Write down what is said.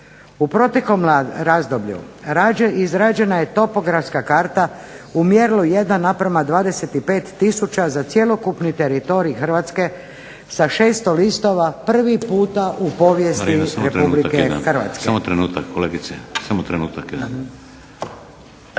U proteklom razdoblju izrađena je topografska karta u mjerilu 1:25000 za cjelokupni teritorij Hrvatske sa 600 listova prvi puta u povijesti Republike Hrvatske. **Šeks, Vladimir (HDZ)** Marina samo trenutak jedan.